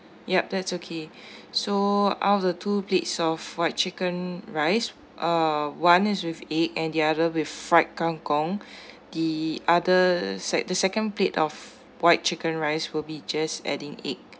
yup that's okay so out of the two plates of white chicken rice uh one is with egg and the other with fried kangkung the other set the second plate of white chicken rice will be just adding egg